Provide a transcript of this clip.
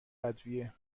ادویه